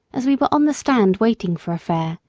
as we were on the stand waiting for a fare,